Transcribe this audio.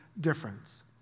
difference